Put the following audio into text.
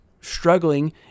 struggling